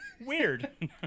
weird